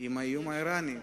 עם האיום האירני,